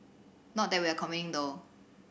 not that we are complaining though